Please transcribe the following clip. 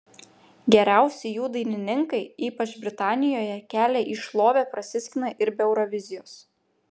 geriausi jų dainininkai ypač britanijoje kelią į šlovę prasiskina ir be eurovizijos